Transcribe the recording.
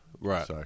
right